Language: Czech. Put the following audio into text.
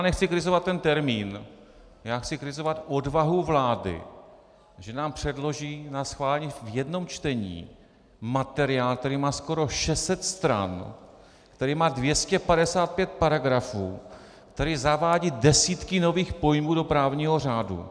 Nechci kritizovat termín, chci kritizovat odvahu vlády, že nám předloží ke schválení v jednom čtení materiál, který má skoro 600 stran, který má 255 paragrafů, který zavádí desítky nových pojmů do právního řádu.